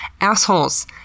assholes